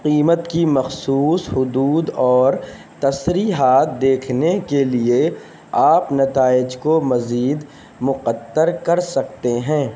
قیمت کی مخصوص حدود اور تصریحات دیکھنے کے لیے آپ نتائج کو مزید مقطر کر سکتے ہیں